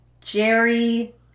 Jerry